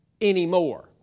anymore